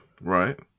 Right